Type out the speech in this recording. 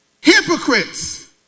hypocrites